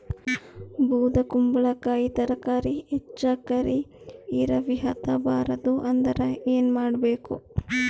ಬೊದಕುಂಬಲಕಾಯಿ ತರಕಾರಿ ಹೆಚ್ಚ ಕರಿ ಇರವಿಹತ ಬಾರದು ಅಂದರ ಏನ ಮಾಡಬೇಕು?